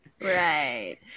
right